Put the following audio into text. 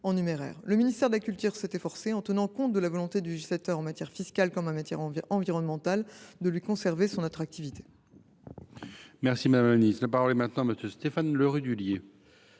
Le ministère de la culture s’est donc efforcé, tout en tenant compte de la volonté du législateur en matière fiscale comme en matière environnementale, de conserver à ce label son attractivité.